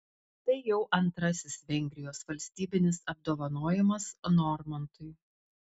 tai jau antrasis vengrijos valstybinis apdovanojimas normantui